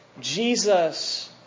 Jesus